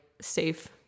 safe